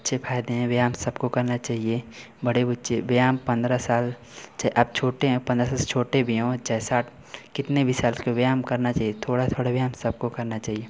अच्छे फायदे हैं व्यायाम सबको करना चाहिए बड़े बच्चे व्यायाम पंद्रह साल से आप छोटे हैं पंद्रह साल से छोटे भी हों चाहे साठ कितने भी साल के व्यायाम करना चाहिए थोड़ा थोड़ा व्यायाम सबको करना चाहिए